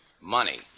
money